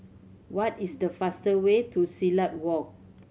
what is the fastest way to Silat Walk